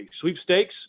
sweepstakes